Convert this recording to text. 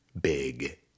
big